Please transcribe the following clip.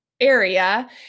area